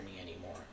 anymore